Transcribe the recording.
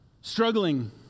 struggling